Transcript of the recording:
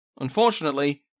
unfortunately